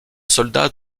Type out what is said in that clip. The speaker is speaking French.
soldat